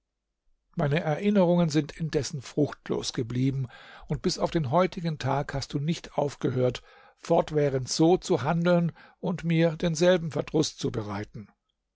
meine erinnerungen sind indessen fruchtlos geblieben und bis auf den heutigen tag hast du nicht aufgehört fortwährend so zu handeln und mir denselben verdruß